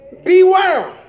Beware